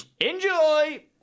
Enjoy